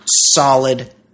solid